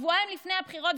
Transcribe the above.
שבועיים לפני הבחירות,